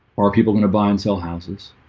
are people gonna buy and sell houses